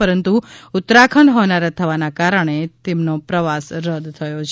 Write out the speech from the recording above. પરંતુ ઉત્તરાખંડ હોનારત થવાના કારણે તેમનો પ્રવાસ રદ થયો છે